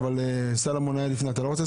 אבל סולומון היה לפני אתה לא רוצה,